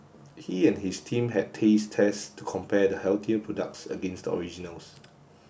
he and his team had taste tests to compare the healthier products against the originals